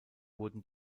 wurden